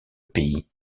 pays